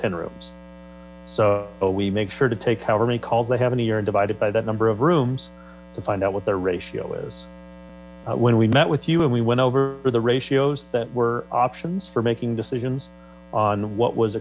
ten rooms so we make sure to take however many calls they have in a year and divided by the number of rooms to find out what their ratio is when we met with you when we went over to the ratios that were options for making decisions on what wa